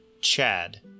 Chad